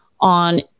on